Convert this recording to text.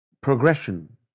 progression